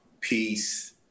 peace